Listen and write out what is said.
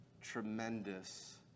Tremendous